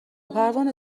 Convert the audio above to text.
پروانه